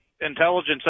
intelligence